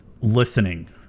listening